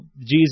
Jesus